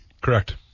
Correct